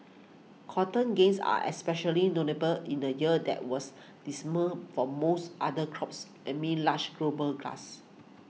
cotton's gains are especially notable in a year that was dismal for most other crops amid large global gluts